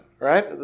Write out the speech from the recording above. right